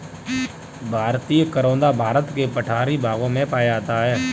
भारतीय करोंदा भारत के पठारी भागों में पाया जाता है